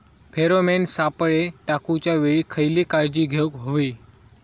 Pheromone सापळे टाकूच्या वेळी खयली काळजी घेवूक व्हयी?